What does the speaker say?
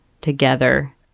together